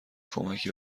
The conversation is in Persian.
کمکی